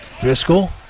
Driscoll